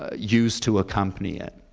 ah used to accompany it.